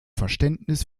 verständnis